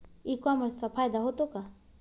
E कॉमर्सचा फायदा होतो का?